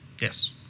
Yes